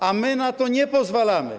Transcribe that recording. A my na to nie pozwalamy.